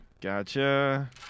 Gotcha